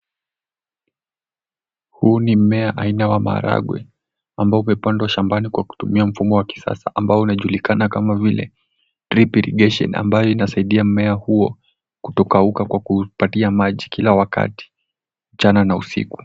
Huu ni mmea aina wa maharagwe ambao umepandwa shambani kwa kutumia mfumo wa kisasa ambao unajulikana kama vile drip irrigation ambayo inasaidia mmea huo kutokauka kwa kupatia maji kila wakati mchana na usiku.